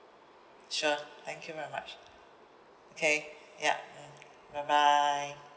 sure thank you very much okay ya mm bye bye